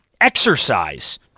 exercise